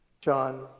John